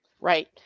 Right